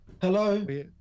Hello